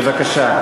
בבקשה.